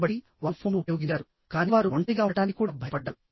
కాబట్టివారు phone ఉపయోగించారు కానీ వారు ఒంటరిగా ఉండటానికి కూడా భయపడ్డారు